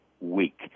weak